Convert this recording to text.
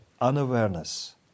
unawareness